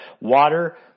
water